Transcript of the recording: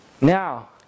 Now